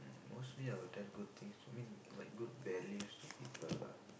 mostly I will tell good things I mean like good values to people lah